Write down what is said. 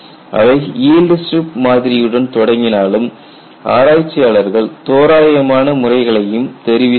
அவை yield strip மாதிரியுடன் தொடங்கினாலும் ஆராய்ச்சியாளர்கள் தோராயமான முறைகளையும் தெரிவித்துள்ளனர்